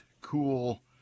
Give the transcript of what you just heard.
cool